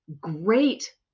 great